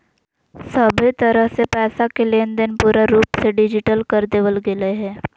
सभहे तरह से पैसा के लेनदेन पूरा रूप से डिजिटल कर देवल गेलय हें